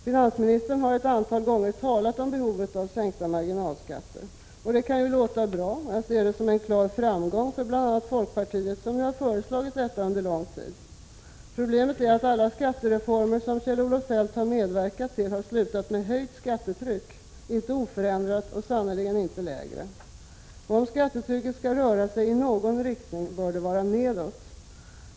Finansministern har ett antal gånger talat om behovet av sänkta marginalskatter. Detta kan ju låta bra, och jag ser det som en klar framgång för de borgerliga partierna, som ju föreslagit sänkta marginalskatter under lång tid. Problemet är att alla skattereformer som Kjell-Olof Feldt medverkat till har slutat med höjt skattetryck — inte oförändrat och sannerligen inte lägre. Om skattetrycket skall röra sig i någon riktning bör det vara nedåt.